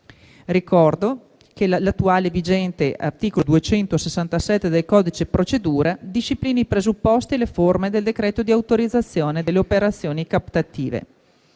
Ricordo che l'attuale vigente articolo 267 del codice di procedura disciplina i presupposti e le forme del decreto di autorizzazione delle operazioni captative.